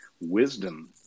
wisdom